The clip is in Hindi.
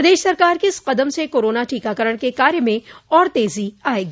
प्रदेश सरकार के इस कदम से कोरोना टीकाकरण के कार्य में और तेजी आयेगी